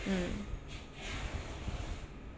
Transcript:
mm